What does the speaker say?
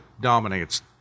dominates